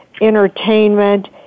entertainment